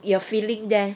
your feeling there